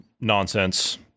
nonsense